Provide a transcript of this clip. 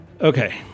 Okay